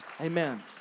Amen